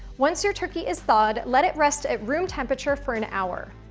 once your turkey is thawed, let it rest at room temperature for an hour.